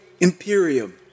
Imperium